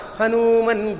Hanuman